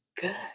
good